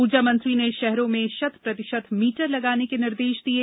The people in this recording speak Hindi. ऊर्जा मंत्री ने शहरों में शतप्रतिशत मीटर लगाने के निर्देश दिये